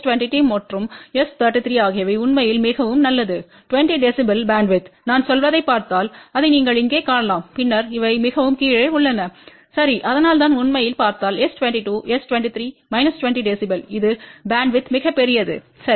S22மற்றும்S33ஆகியவை உண்மையில் மிகவும் நல்லது20 dB பேண்ட்வித் நான் சொல்வதைப் பார்த்தால் அதை நீங்கள் இங்கே காணலாம் பின்னர் இவை மிகவும் கீழே உள்ளன சரி அதனால்நான் உண்மையில் பார்த்தால்S22S33 20 dB இது பேண்ட்வித் மிகப்பெரியது சரி